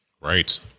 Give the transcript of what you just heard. Right